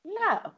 No